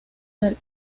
del